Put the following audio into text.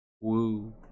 woo